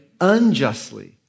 unjustly